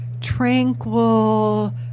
tranquil